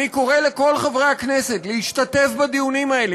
אני קורא לכל חברי הכנסת להשתתף בדיונים האלה.